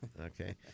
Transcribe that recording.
Okay